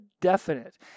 definite